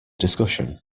discussion